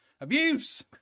abuse